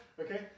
Okay